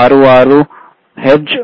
66 hertz